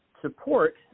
support